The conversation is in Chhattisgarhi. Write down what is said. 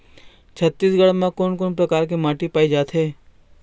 छत्तीसगढ़ म कोन कौन प्रकार के माटी पाए जाथे?